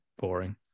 boring